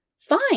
fine